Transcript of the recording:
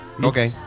Okay